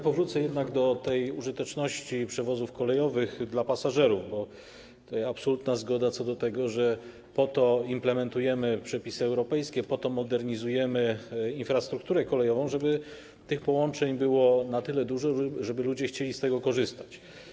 Powrócę jednak do tej użyteczności przewozów kolejowych dla pasażerów, bo tutaj jest absolutna zgoda co do tego, że po to implementujemy przepisy europejskie, po to modernizujemy infrastrukturę kolejową, żeby tych połączeń było na tyle dużo, żeby ludzie chcieli z nich korzystać.